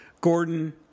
Gordon